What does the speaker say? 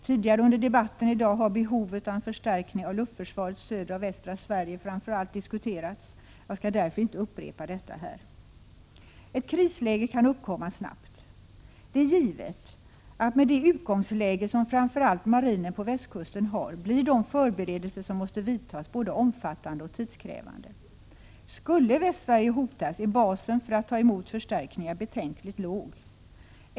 Tidigare under debatten i dag har framför allt behovet av en förstärkning av luftförsvaret i södra och västra Sverige diskuterats. Jag skall därför inte upprepa detta här. Ett krisläge kan uppkomma snabbt. Det är givet att med det utgångsläge som framför allt marinen på västkusten har blir de förberedelser som måste vidtas både omfattande och tidskrävande. Skulle Västsverige hotas, är basen för att ta emot förstärkningar betänkligt låg.